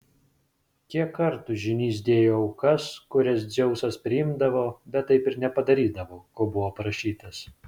kiek kartų žynys dėjo aukas kurias dzeusas priimdavo bet taip ir nepadarydavo ko buvo prašytas